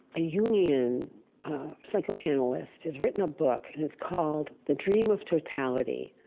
a yeah jungian psychoanalyst has written a book. and it's called, the dream of totality.